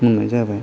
मोननाय जाबाय